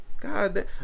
God